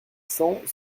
cent